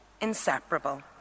inseparable